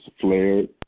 flared